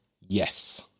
Yes